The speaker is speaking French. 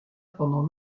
pendant